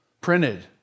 printed